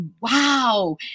wow